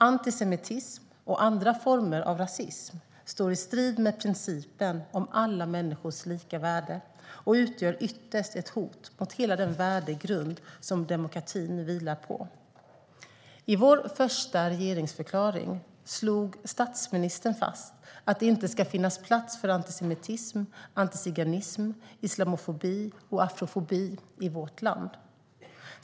Antisemitism och andra former av rasism står i strid med principen om alla människors lika värde och utgör ytterst ett hot mot hela den värdegrund som demokratin vilar på. I vår första regeringsförklaring slog statsministern fast att det inte ska finnas plats för antisemitism, antiziganism, islamofobi och afrofobi i vårt land.